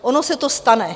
Ono se to stane.